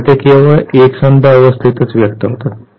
तर ते केवळ एकसंध अवस्थेतच व्यक्त होतात